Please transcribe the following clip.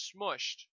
Smushed